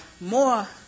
more